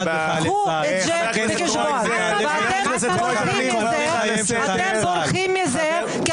ואתם בורחים מזה,